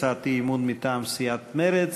הצעת אי-אמון מטעם סיעת מרצ.